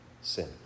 sin